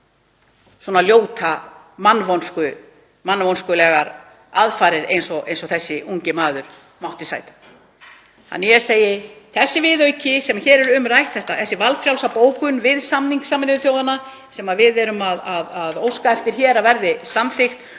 svona ljótar, mannvonskulegar aðfarir eins og þessi ungi maður mátti sæta. Þannig að ég segi: Þessi viðauki sem hér er um rætt, þessi valfrjálsa bókun við samning Sameinuðu þjóðanna sem við erum að óska eftir hér að verði samþykkt,